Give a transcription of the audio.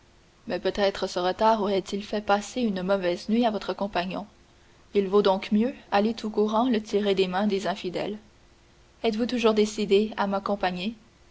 mais peut-être ce retard aurait-il fait passer une mauvaise nuit à votre compagnon il vaut donc mieux aller tout courant le tirer des mains des infidèles êtes-vous toujours décidé à m'accompagner